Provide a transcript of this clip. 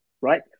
right